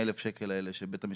ה-100,000 שקלים האלה שבית המשפט.